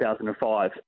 2005